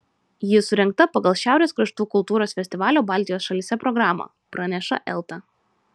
ji surengta pagal šiaurės kraštų kultūros festivalio baltijos šalyse programą praneša elta